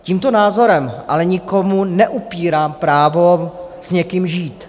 Tímto názorem ale nikomu neupírám právo s někým žít.